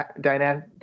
dynamic